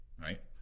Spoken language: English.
right